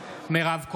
מירב כהן,